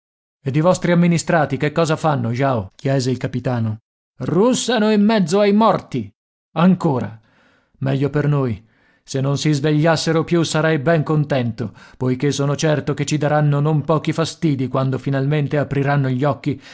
ed i vostri amministrati che cosa fanno jao chiese il capitano russano in mezzo ai morti ancora meglio per noi se non si svegliassero più sarei ben contento poiché sono certo che ci daranno non pochi fastidi quando finalmente apriranno gli occhi